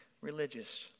religious